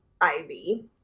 ivy